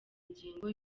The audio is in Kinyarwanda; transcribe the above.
ngingo